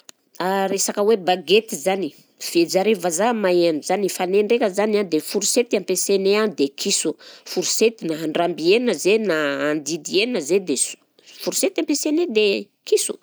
Resaka hoe bagety zany, fi- jareo vazaha mahay an'zany fa ny ahy ndraika zany a de forsety ampiasainay a dia kiso, forsety na handramby hena zahay na handidy hena zahay dia so- forsety ampiasainay dia kiso.